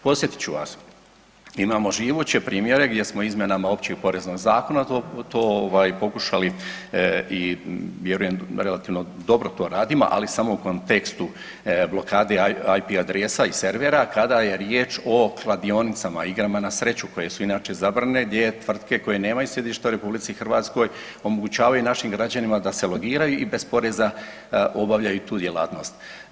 Podsjetit ću vas, imamo živuće primjere gdje smo izmjenama Opće poreznog zakona to pokušali i vjerujem relativno dobro to radimo, ali samo u kontekstu blokade IP adresa i servera kada je riječ o kladionicama, igrama na sreću koje su inače zabrane gdje tvrtke koje nemaju sjedište u RH omogućavaju našim građanima da se logiraju i bez poreza obavljaju i tu djelatnost.